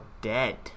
dead